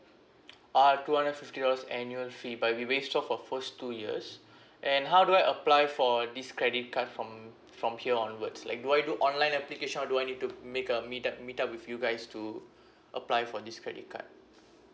ah two hundred fifty dollars annual fee but will waived off for first two years and how do I apply for this credit card from from here onwards like do I do online application or do I need to make a meet up meet up with you guys to apply for this credit card